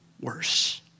worse